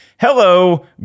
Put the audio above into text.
Hello